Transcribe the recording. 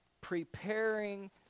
preparing